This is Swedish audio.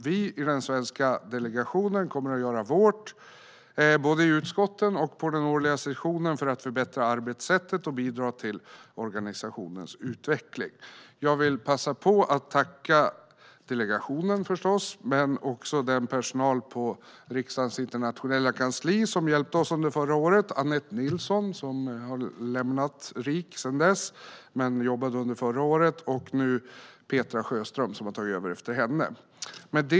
Vi i den svenska delegationen kommer att göra vårt, både i utskotten och på den årliga sessionen, för att förbättra arbetssättet och bidra till organisationens utveckling. Jag vill passa på att tacka delegationen förstås men också den personal på Riksdagens internationella kansli som hjälpte oss under förra året. Det var Anette Nilsson, som nu har lämnat RIK, och Petra Sjöström, som nu har tagit över efter henne.